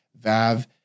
Vav